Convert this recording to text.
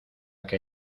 que